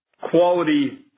quality